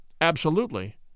Absolutely